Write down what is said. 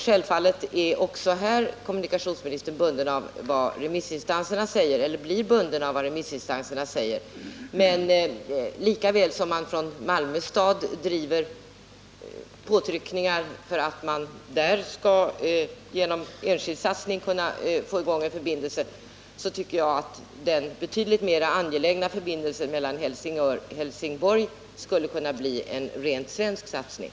Självfallet blir kommunikationsministern också i fråga om det alternativet bunden av vad remissinstanserna säger, men lika väl som man gör påtryckningar från Malmö kommuns sida för att man där genom enskild satsning skall kunna få till stånd en fast förbindelse med Danmark tycker jag att man bör kunna verka för att den betydligt mer angelägna förbindelsen mellan Helsingborg och Helsingör blir en rent svensk satsning.